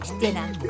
dinner